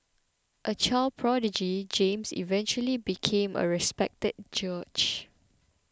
a child prodigy James eventually became a respected judge